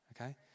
okay